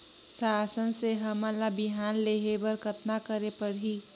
शासन से हमन ला बिहान लेहे बर कतना करे परही?